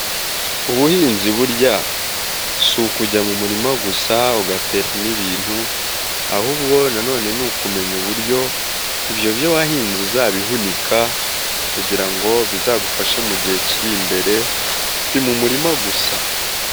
Ubuhinzi burya si ukujya mu murima gusa ugateramo ibintu, ahubwo na none ni ukumenya uburyo ibyo byo wahinze uzabihunika, kugira ngo bizagufashe mu gihe kiri imbere si mu muririma gusa.